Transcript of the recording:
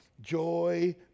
joy